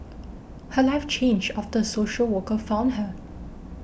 her life changed after a social worker found her